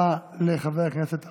תודה רבה לחבר הכנסת ארבל.